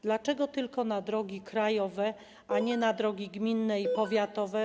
Dlaczego tylko na drogi krajowe, a nie na drogi gminne i powiatowe?